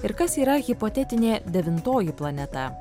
ir kas yra hipotetinė devintoji planeta